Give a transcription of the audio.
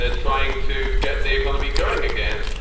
ah trying to get the economy going again.